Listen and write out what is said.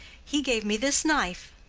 he gave me this knife.